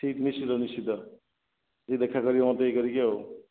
ଠିକ୍ ନିଶ୍ଚିତ ନିଶ୍ଚିତ ଟିକିଏ ଦେଖା କରିବେ ମୋତେ ଇଏ କରିକି ଆଉ